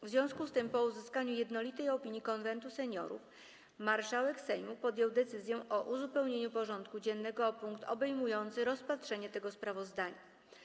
W związku z tym, po uzyskaniu jednolitej opinii Konwentu Seniorów, marszałek Sejmu podjął decyzję o uzupełnieniu porządku dziennego o punkt obejmujący rozpatrzenie tego sprawozdania.